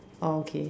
oh okay